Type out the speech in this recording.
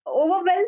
overwhelmed